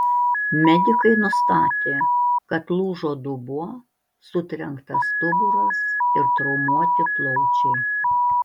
medikai nustatė kad lūžo dubuo sutrenktas stuburas ir traumuoti plaučiai